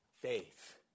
faith